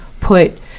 put